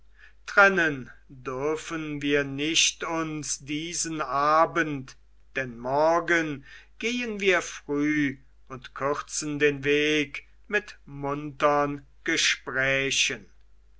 trennen dürfen wir nicht uns diesen abend denn morgen gehen wir früh und kürzen den weg mit muntern gesprächen